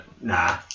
Nah